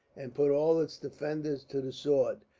and put all its defenders to the sword.